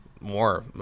More